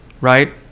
right